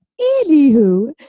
Anywho